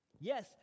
Yes